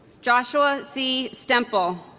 joshua c. stempel